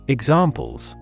Examples